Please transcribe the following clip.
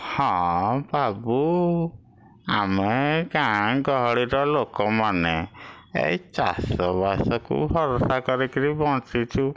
ହଁ ବାବୁ ଆମେ ଗାଁ ଗହଳିର ଲୋକମାନେ ଏଇ ଚାଷବାସକୁ ଭରଷା କରିକିରି ବଞ୍ଚିଛୁ